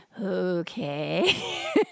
okay